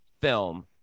film